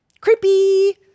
Creepy